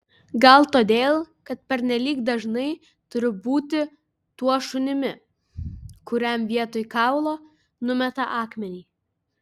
gal todėl kad pernelyg dažnai turiu būti tuo šunimi kuriam vietoj kaulo numeta akmenį